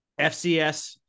FCS